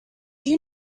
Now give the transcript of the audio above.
you